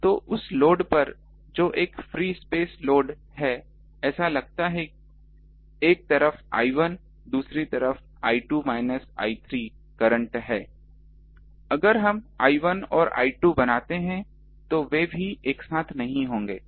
तो उस लोड पर जो एक फ्री स्पेस लोड है ऐसा लगता है एक तरफ I1 दूसरी तरफ I2 I3 करंट है अगर हम I1 और I2 बनाते हैं तो भी वे एक साथ नहीं होंगे